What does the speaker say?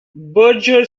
berger